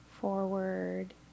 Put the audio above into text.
Forward